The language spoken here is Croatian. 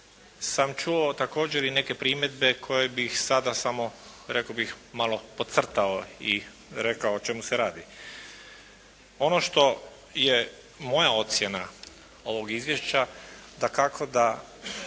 sam čuo također i neke primjedbe koje bih sada samo rekao bih malo podcrtao i rekao o čemu se radi. Ono što je moja ocjena ovog izvješća dakako da